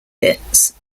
bits